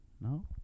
No